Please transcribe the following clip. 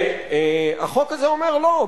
החוק הזה אומר: לא.